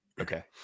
Okay